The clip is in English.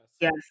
yes